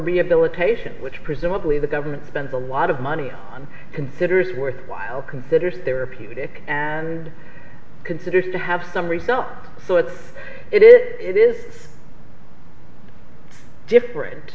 rehabilitation which presumably the government spends a lot of money on considers worthwhile consider therapeutic and considered to have some results so it's it is it is different